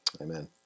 Amen